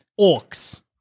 Orcs